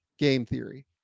gametheory